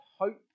hope